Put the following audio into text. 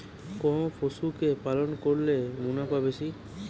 কোন পশু কে পালন করলে মুনাফা বেশি?